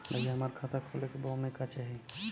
भईया हमार खाता खोले के बा ओमे का चाही?